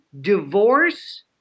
divorce